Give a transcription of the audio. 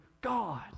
God